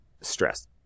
stress